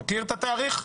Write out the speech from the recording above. מכיר את התאריך?